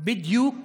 בדיוק